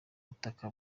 butaka